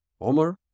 Omar